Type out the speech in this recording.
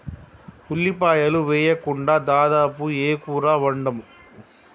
ఉల్లిపాయలు వేయకుండా దాదాపు ఏ కూర వండము